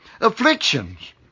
Afflictions